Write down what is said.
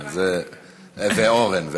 ואורן.